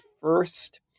first